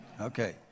Okay